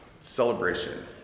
celebration